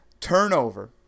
turnover